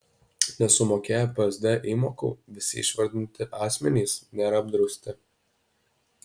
nesumokėję psd įmokų visi išvardyti asmenys nėra apdrausti